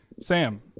sam